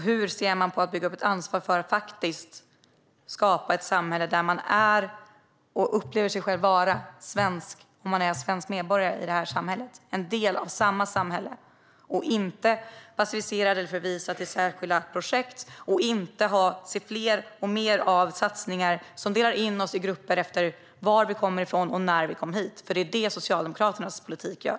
Hur ser ni på att bygga upp ett ansvar för att skapa ett samhälle där människor är och upplever sig vara svenskar om de är svenska medborgare och en del av samma samhälle som andra och inte passiviserade eller förvisade till särskilda projekt? Vi behöver inte se fler satsningar som drar in oss i grupper utifrån var vi kommer ifrån eller när vi kom hit. Det är vad Socialdemokraternas politik gör.